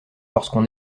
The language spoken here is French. lorsqu’on